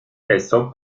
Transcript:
eso